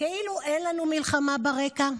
כאילו אין לנו מלחמה ברקע.